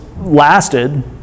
lasted